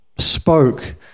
spoke